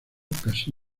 casi